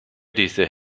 diese